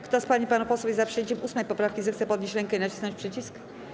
Kto z pań i panów posłów jest za przyjęciem 8. poprawki, zechce podnieść rękę i nacisnąć przycisk.